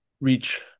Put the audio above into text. reach